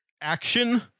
action